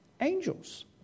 angels